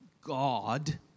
God